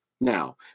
Now